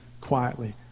quietly